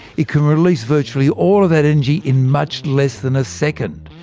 it can release virtually all that energy in much less than a second,